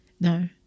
No